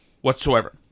whatsoever